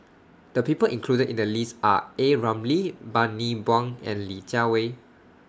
The People included in The list Are A Ramli Bani Buang and Li Jiawei